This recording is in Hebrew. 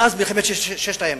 מאז מלחמת ששת הימים,